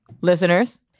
Listeners